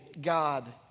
God